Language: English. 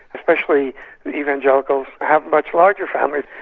especially the evangelicals, have much larger families,